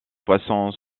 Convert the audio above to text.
poissons